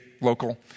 local